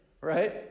Right